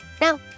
Now